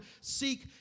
seek